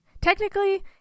Technically